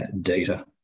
data